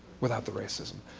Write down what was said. without the racism.